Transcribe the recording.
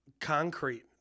concrete